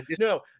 no